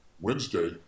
Wednesday